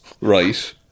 right